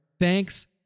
Thanks